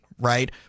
Right